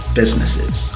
businesses